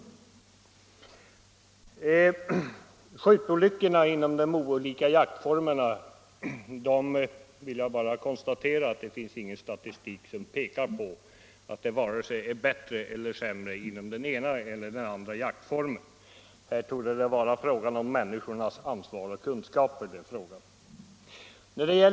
Beträffande skjutolyckorna inom jakten i stort vill jag bara konstatera att ingen statistik pekar på att det är bättre eller sämre inom någon jaktform. Här torde det komma an på människornas ansvar och kunskaper.